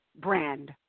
brand